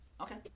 Okay